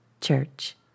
church